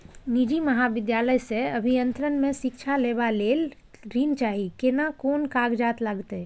निजी महाविद्यालय से अभियंत्रण मे शिक्षा लेबा ले ऋण चाही केना कोन कागजात लागतै?